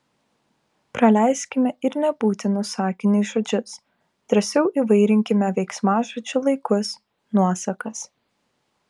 praleiskime ir nebūtinus sakiniui žodžius drąsiau įvairinkime veiksmažodžių laikus nuosakas